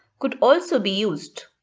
could also be used.